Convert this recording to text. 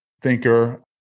thinker